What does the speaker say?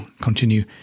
continue